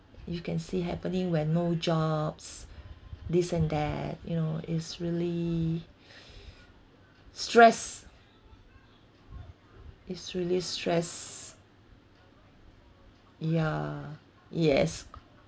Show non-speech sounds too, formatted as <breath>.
you can see happening when no jobs this and that you know is really <breath> stress is really stress ya yes